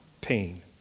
pain